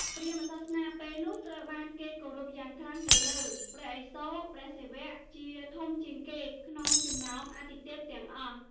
ព្រាហ្មណ៍សាសនាពែលនោះត្រូវបានគេគោរពយ៉ាងខ្លាំងទៅលើ ព្រះឥសូរ (ព្រះសិវៈ) ជាធំជាងគេក្នុងចំណោមអាទិទេពទាំងអស់។